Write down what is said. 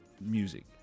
Music